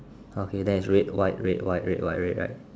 okay then it's red white red white red white red right